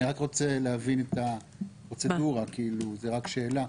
אני רק רוצה להבין את הפרוצדורה, זו רק שאלה.